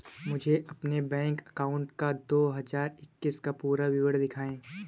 मुझे अपने bank account का दो हज़ार इक्कीस का पूरा विवरण दिखाएँ?